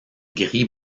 gris